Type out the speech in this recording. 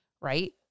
right